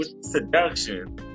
seduction